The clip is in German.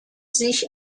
sich